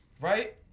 Right